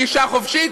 גישה חופשית.